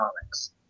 comics